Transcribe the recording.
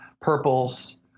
purples